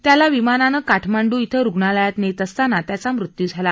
त्याला विमानाने काठमांडू इथं रूग्णालयात नेत असताना त्याचा मृत्यु झाला